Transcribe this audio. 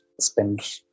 spend